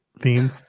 theme